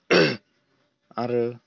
आरो